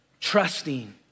trusting